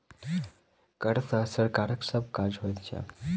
कर सॅ सरकारक सभ काज होइत छै